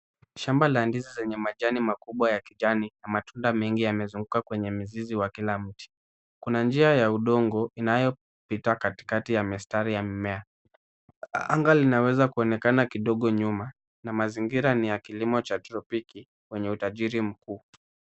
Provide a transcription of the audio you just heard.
Shamba la ndizi zenye majani makubwa ya kijani na matunda mengi yamezunguka kwenye mzizi wa kila mti. Kuna njia a udongo inayopita katikati ya mistari ya mimea. Anga linaweza kuonekana kidogo nyuma na mazingira ni ya kilimo cha tropiki ya utajiri mkubwa.